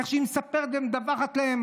איך שהיא מספרת להם ומדווחת להם,